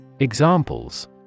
Examples